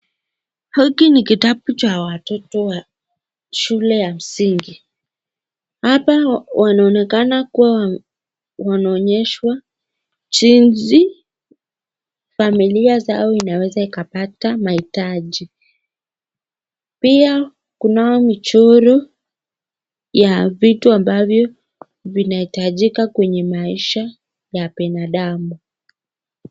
Hiki ni kitabu cha watoto wa shule ya msingi. Hapa wanaonekana kuwa wanaonyeshwa jinsi familia zao inaweza ikapata mahitaji. Pia kunao michoro ya vitu ambavyo vinahitajika kwenye maisha ya binadamu.